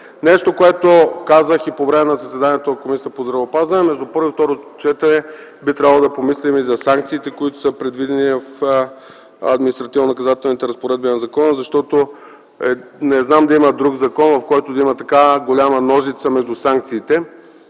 Нещо, което казах и по време на заседанието на Комисията по здравеопазването – между първо и второ четене би трябвало да помислим и за санкциите, които са предвидени в административно-наказателните разпоредби на закона, защото не знам да има друг закон, в който да има такава голяма ножица между санкциите.